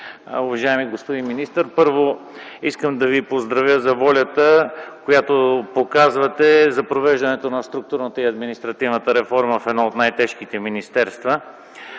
уважаеми господин министър! Първо, искам да Ви поздравя за волята, която показвате за провеждането на структурната и административната реформа в едно от най-тежките министерства.